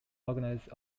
organise